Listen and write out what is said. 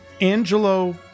Angelo